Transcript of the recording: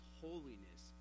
holiness